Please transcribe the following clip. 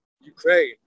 Ukraine